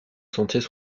sentiers